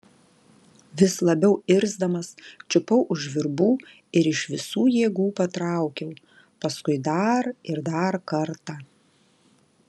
vis labiau irzdamas čiupau už virbų ir iš visų jėgų patraukiau paskui dar ir dar kartą